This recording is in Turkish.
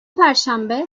perşembe